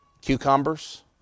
Cucumbers